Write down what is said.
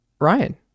Ryan